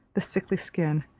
the sickly skin,